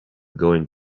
going